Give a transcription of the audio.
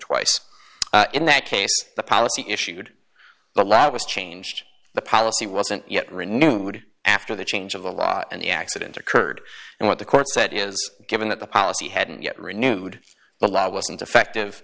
twice in that case the policy issued a lot was changed the policy wasn't yet renewed after the change of the law and the accident occurred and what the court said is given that the policy hadn't yet renewed the law wasn't effective